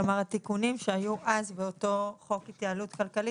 כלומר התיקונים שהיו אז באותו חוק התייעלות כלכלית,